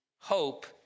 hope